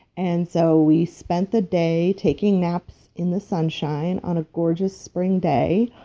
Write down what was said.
and so we spent the day taking naps in the sunshine on a gorgeous spring day.